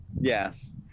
Yes